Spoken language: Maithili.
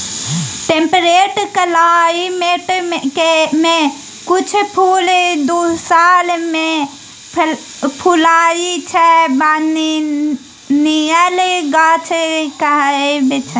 टेम्परेट क्लाइमेट मे किछ फुल दु साल मे फुलाइ छै बायनियल गाछ कहाबै छै